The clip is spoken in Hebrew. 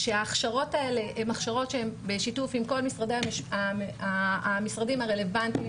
ההכשרות האלה הן הכשרות בשיתוף עם כל המשרדים הרלוונטיים,